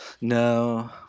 no